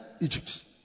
Egypt